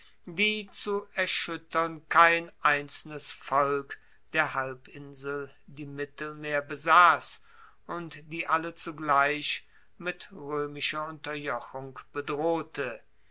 die zu erschuettern kein einzelnes volk der halbinsel die mittel mehr besass und die alle zugleich mit roemischer unterjochung bedrohte